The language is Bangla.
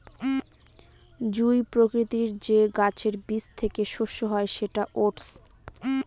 জুঁই প্রকৃতির যে গাছের বীজ থেকে শস্য হয় সেটা ওটস